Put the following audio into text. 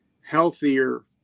healthier